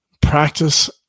practice